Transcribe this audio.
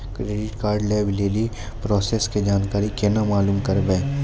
Credit card लय लेली process के जानकारी केना मालूम करबै?